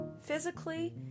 physically